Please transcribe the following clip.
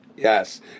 Yes